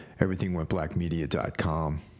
EverythingWentBlackMedia.com